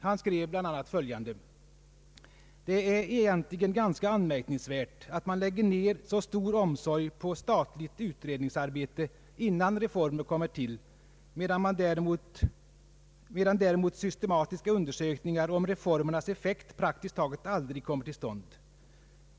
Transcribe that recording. Han skrev bl.a. följande: »Det är egentligen ganska anmärkningsvärt att man lägger ner så stor omsorg på statligt utredningsarbete innan reformer kommer till, medan däremot systematiska undersökningar om reformernas effekt praktiskt taget aldrig kommer till stånd.